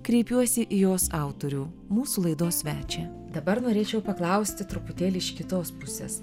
kreipiuosi į jos autorių mūsų laidos svečią dabar norėčiau paklausti truputėlį iš kitos pusės